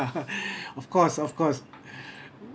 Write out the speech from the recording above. of course of course